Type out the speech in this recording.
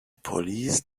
police